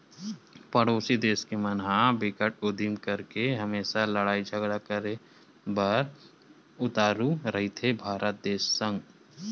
परोसी देस के मन ह बिकट उदिम करके हमेसा लड़ई झगरा करे बर उतारू रहिथे भारत देस संग